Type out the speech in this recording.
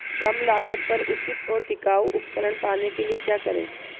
कम लागत पर उचित और टिकाऊ उपकरण पाने के लिए क्या करें?